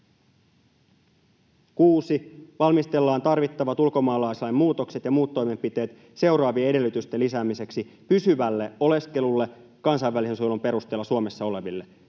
7) ”Valmistellaan tarvittavat ulkomaalaislain muutokset ja muut toimenpiteet seuraavien edellytysten lisäämiseksi pysyvälle oleskelulle kansainvälisen suojelun perusteella Suomessa oleville: